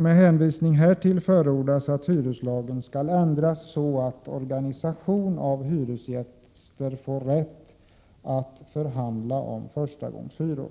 Med hänvisning härtill förordar motionärerna att hyreslagen skall ändras så att organisation av hyresgäster får rätt att förhandla om förstagångshyror.